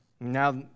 Now